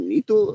itu